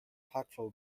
patrol